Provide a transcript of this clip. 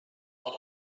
out